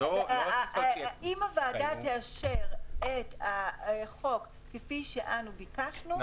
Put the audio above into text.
אם הוועדה תאשר את הצעת החוק כפי שביקשנו,